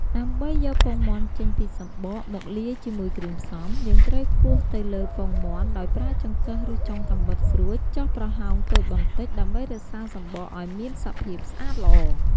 ដើម្បីយកពងមាន់ចេញពីសំបកមកលាយជាមួយគ្រឿងផ្សំ យើងត្រូវគោះទៅលើពងមាន់ដោយប្រើចង្កឹះឬចុងកាំបិតស្រួចចោះប្រហោងតូចបន្តិច ដើម្បីរក្សាសំបកឲ្យមានសភាពស្អាតល្អ។